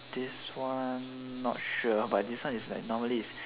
this one not sure but this one is like normally is